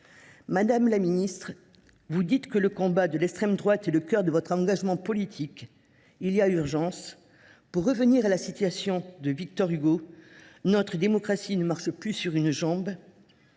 Madame la ministre, vous dites que le combat contre l’extrême droite est au cœur de votre engagement politique. Il y a urgence. Pour revenir à la citation de Victor Hugo, notre démocratie ne marche plus que sur une jambe.